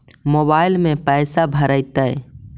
Mobile में पैसा भरैतैय?